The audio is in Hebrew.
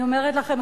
אני אומרת לכם,